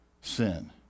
sin